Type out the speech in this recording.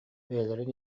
бэйэлэрин